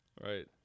Right